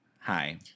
hi